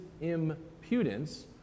impudence